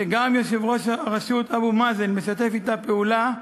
שגם יושב-ראש הרשות אבו מאזן משתף אתה פעולה,